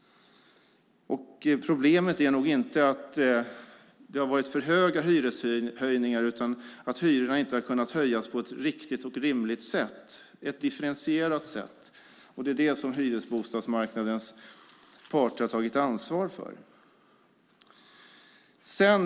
Problemet är nog inte att det har varit för höga hyreshöjningar utan hyrorna inte har kunnat höjas på ett riktigt, rimligt och differentierat sätt. Det är vad hyresbostadsmarknadens parter har tagit ansvar för.